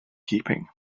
keeping